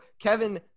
kevin